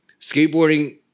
skateboarding